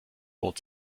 lohnt